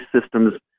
systems